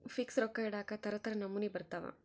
fix ರೊಕ್ಕ ಇಡಾಕ ತರ ತರ ನಮೂನಿ ಬರತವ